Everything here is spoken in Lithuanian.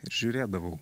ir žiūrėdavau